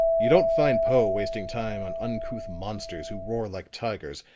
you don't find poe wasting time on uncouth monsters who roar like tigers,